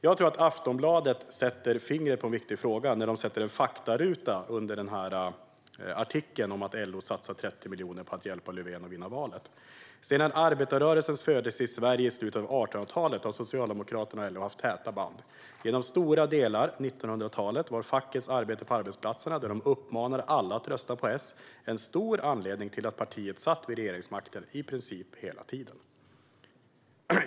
Jag tror att Aftonbladet sätter fingret på en viktig fråga när de i en faktaruta under artikeln om att LO satsar 30 miljoner på att hjälpa Löfven att vinna valet skriver: "Sedan arbetarrörelsens födelse i Sverige i slutet av 1800-talet har Socialdemokraterna och LO haft täta band. Genom stora delar 1900-talet var fackets arbete på arbetsplatserna, där de uppmanade alla att rösta på S, . en stor anledning till att partiet satt vid regeringsmakten - i princip hela tiden."